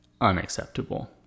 unacceptable